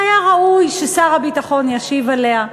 והיה ראוי ששר הביטחון ישיב עליה.